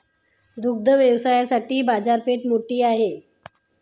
दुग्ध व्यवसायाची बाजारपेठ मोठी आहे